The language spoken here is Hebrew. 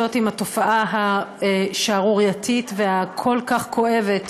לעשות עם התופעה השערורייתית והכל-כך כואבת